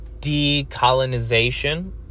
decolonization